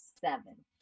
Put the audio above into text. seven